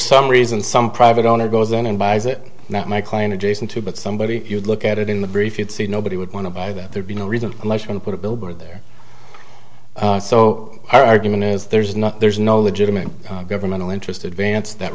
some reason some private owner goes in and buys it not my client adjacent to but somebody if you look at it in the brief you'd see nobody would want to buy that there'd be no reason to put a billboard there so our argument is there's not there's no legitimate government interested variance that